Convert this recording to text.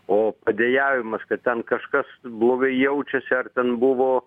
o padejavimas kad ten kažkas blogai jaučiasi ar ten buvo